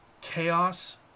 chaos